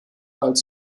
als